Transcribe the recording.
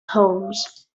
homes